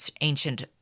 ancient